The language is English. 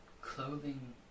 clothing